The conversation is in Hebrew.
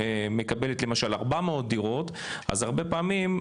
מקבלת למשל 400 דירות אז הרבה פעמים,